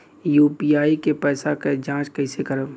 UPI के पैसा क जांच कइसे करब?